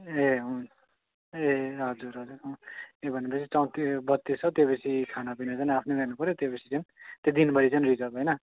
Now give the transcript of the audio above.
ए हुन्छ ए हजुर हजुर अँ ए भनेपछि चौ ए बत्तिस सय त्योपछि खानापिना झन् आफ्नै गर्नुपर्यो त्योपछि चाहिँ त्यो दिनभरि चाहिँ रिजर्भ होइन